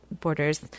borders